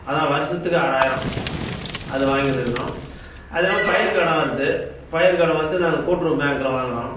அதுதான் வருஷத்துக்கு ஆறாயிரம் அது வாங்கின்னுக்குறோம் அதில்லாம பயிர் கடன் வருது பயிர்கடன் வந்து நாங்கள் கூட்டுறவு பேங்கில் வாங்குகிறோம்